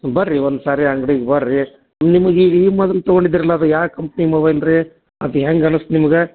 ಬರ್ರಿ ಒಂದು ಸಾರಿ ಅಂಗ್ಡಿಗೆ ಬರ್ರಿ ನಿಮಗೆ ಈ ಮೊದ್ಲು ತೊಗೊಂಡಿದ್ದಿರಲ್ಲ ಅದು ಯಾವ ಕಂಪ್ನಿ ಮೊಬೈಲ್ ರೀ ಅದು ಹೆಂಗೆ ಅನ್ನಿಸ್ತ್ ನಿಮಗೆ